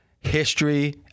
History